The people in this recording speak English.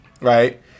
right